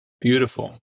Beautiful